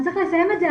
אז צריך לסיים את זה.